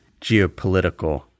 geopolitical